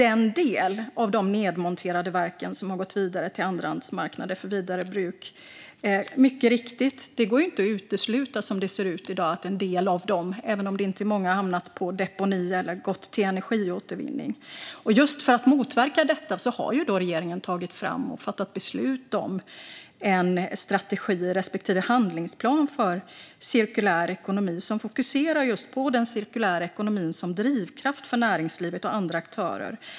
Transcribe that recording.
En del av de nedmonterade verken har gått till andrahandsmarknader för vidare bruk. Som det ser ut i dag går det mycket riktigt inte att utesluta att en del av dem, även om det inte är många, har hamnat på deponi eller gått till energiåtervinning. Just för att motverka detta har regeringen tagit fram och fattat beslut om en strategi respektive handlingsplan för cirkulär ekonomi som fokuserar på den cirkulära ekonomin som drivkraft för näringslivet och andra aktörer.